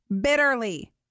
bitterly